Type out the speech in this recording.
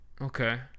Okay